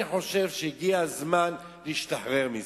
אני חושב שהגיע הזמן להשתחרר מזה.